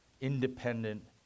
independent